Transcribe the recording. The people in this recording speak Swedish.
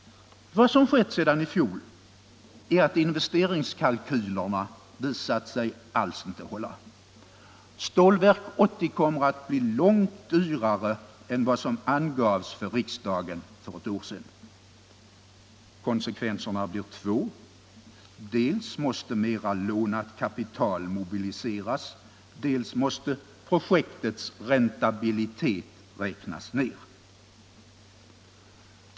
Vad som skett sedan i fjol är att investeringskalkylerna visat sig alls inte hålla. Stålverk 80 kommer att bli långt dyrare än vad som angavs för riksdagen för ett år sedan. Konsekvenserna blir två: dels måste mera lånat kapital mobiliseras, dels måste projektets räntabilitet räknas ner.